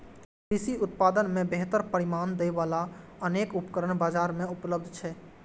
कृषि उत्पादन मे बेहतर परिणाम दै बला अनेक उपकरण बाजार मे उपलब्ध छै